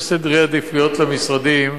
יש סדרי עדיפויות למשרדים,